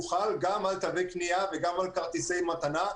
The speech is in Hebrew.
הוא חל גם על תווי קנייה וגם על כרטיסי מתנה,